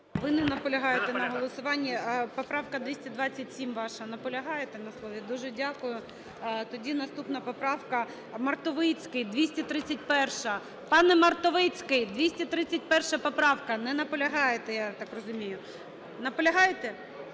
Ви не наполягаєте на голосуванні. Поправка 227 ваша. Наполягаєте на слові? Дуже дякую. Тоді наступна поправка. Мартовицький, 231-а. Пане Мартовицький, 231 поправка! Не наполягаєте, я так розумію. Наполягаєте?